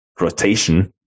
rotation